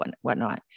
whatnot